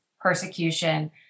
persecution